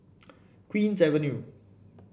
Queen's Avenue